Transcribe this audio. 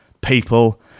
people